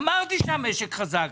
אמרתי שהמשק חזק,